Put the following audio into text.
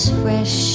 fresh